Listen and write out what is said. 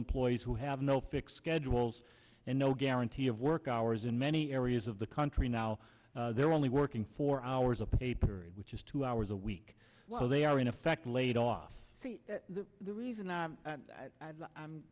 employees who have no fixed schedules and no guarantee of work hours in many areas of the country now they're only working four hours a paper which is two hours a week while they are in effect laid off the reason i